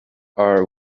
are